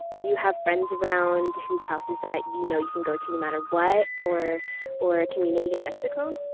do you have friends around whose house is that you know you can go to no matter what or or a community in mexico?